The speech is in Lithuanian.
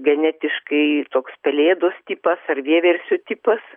genetiškai toks pelėdos tipas ar vieversio tipas